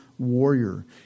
Warrior